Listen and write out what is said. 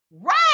right